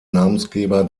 namensgeber